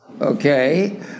Okay